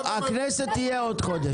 הכנסת תהיה בעוד חודש.